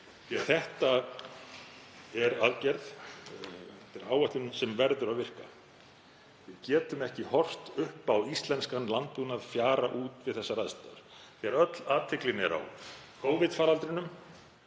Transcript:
Þetta er aðgerð, þetta er áætlun sem verður að virka. Við getum ekki horft upp á íslenskan landbúnað fjara út við þessar aðstæður þegar öll athyglin er á Covid-faraldrinum